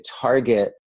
target